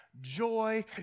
joy